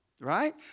Right